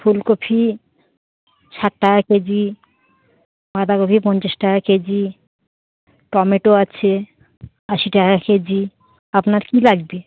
ফুলকপি ষাট টাকা কেজি বাঁধাকপি পঞ্চাশ টাকা কেজি টমেটো আছে আশি টাকা কেজি আপনার কী লাগবে